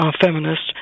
feminists